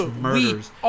murders